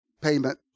payment